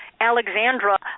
Alexandra